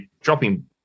dropping